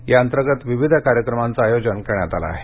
या अंतर्गत विविध कार्यक्रमांचं आयोजन करण्यात आल आहे